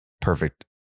perfect